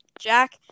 Jack